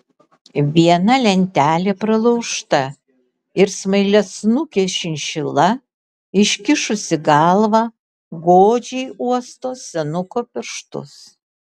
viena lentelė pralaužta ir smailiasnukė šinšila iškišusi galvą godžiai uosto senuko pirštus